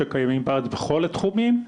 שקיימים בארץ בכל התחומים,